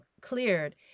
cleared